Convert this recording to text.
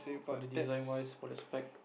for the design wise for the spec